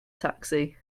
taxi